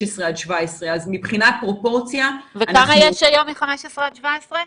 עד 17. אז מבחינת פרופורציה אנחנו --- וכמה יש היום מ-15 עד 17?